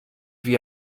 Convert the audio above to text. wie